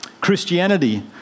Christianity